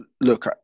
look